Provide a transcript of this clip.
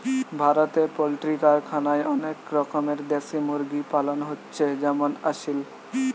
ভারতে পোল্ট্রি কারখানায় অনেক রকমের দেশি মুরগি পালন হচ্ছে যেমন আসিল